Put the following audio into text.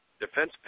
defense